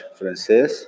francês